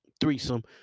threesome